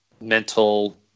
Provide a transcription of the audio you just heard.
mental